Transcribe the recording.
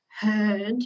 heard